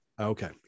Okay